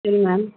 சரி மேம்